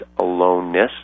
aloneness